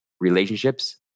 relationships